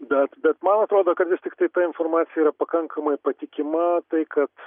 bet bet man atrodo kad vis tiktai ta informacija yra pakankamai patikima tai kad